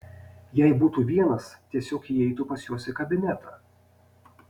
jei būtų vienas tiesiog įeitų pas juos į kabinetą